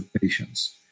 patients